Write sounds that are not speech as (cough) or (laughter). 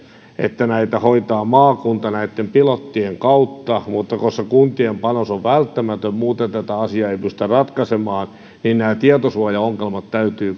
että näitä hoitaa maakunta näitten pilottien kautta mutta koska kuntien panos on välttämätön muuten tätä asiaa ei pystytä ratkaisemaan niin nämä tietosuojaongelmat täytyy (unintelligible)